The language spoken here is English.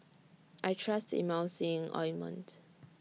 I Trust Emulsying Ointment